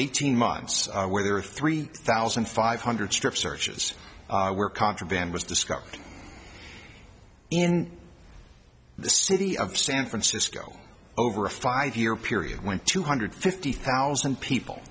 eighteen months are where there are three thousand five hundred strip searches were contraband was discovered in the city of san francisco over a five year period when two hundred fifty thousand people